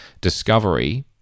discovery